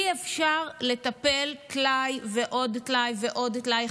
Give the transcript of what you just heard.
אי-אפשר לטפל טלאי ועוד טלאי ועוד טלאי.